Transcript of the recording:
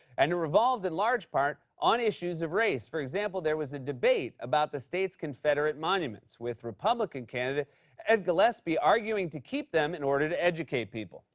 and it revolved, in large part, on issues of race. for example, there was a debate about the state's confederate monuments with republican candidate ed gillespie arguing to keep them in order to educate people.